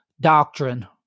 doctrine